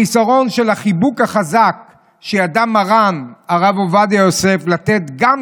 החיסרון של החיבוק החזק שידע מרן הרב עובדיה יוסף לתת גם